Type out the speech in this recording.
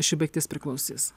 ši baigtis priklausys